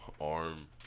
arm